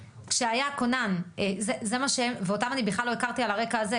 שהיה כונן ואותם אני בכלל לא הכרתי על הרקע הזה,